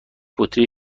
بطری